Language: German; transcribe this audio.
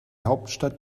hauptstadt